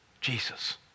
Jesus